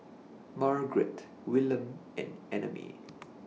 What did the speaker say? Margaret Willam and Annamae